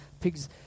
Pigs